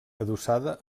adossada